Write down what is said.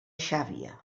xàbia